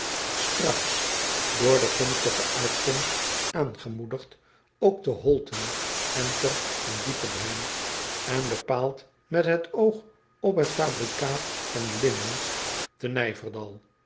straks door de gunstige uitkomst aangemoedigd ook te olten nter en iepenheim en bepaald met het oog op het fabrikaat van linnens te